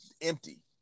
empty